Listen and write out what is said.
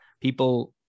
people